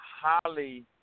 highly